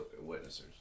witnesses